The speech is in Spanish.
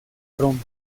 roma